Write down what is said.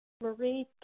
Marie